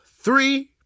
Three